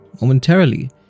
Momentarily